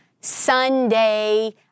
Sunday